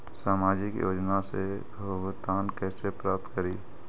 सामाजिक योजना से भुगतान कैसे प्राप्त करी?